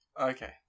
Okay